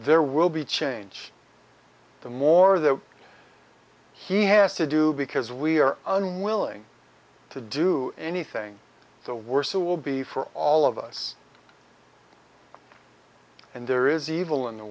there will be change the more the he has to do because we are unwilling to do anything the worse it will be for all of us and there is evil in the